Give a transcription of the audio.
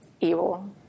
evil